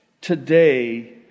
today